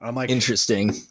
Interesting